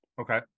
Okay